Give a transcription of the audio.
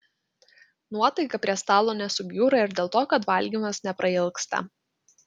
nuotaika prie stalo nesubjūra ir dėl to kad valgymas neprailgsta